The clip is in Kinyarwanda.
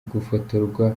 gufotorwa